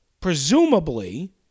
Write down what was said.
Presumably